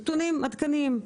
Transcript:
נתונים עדכניים.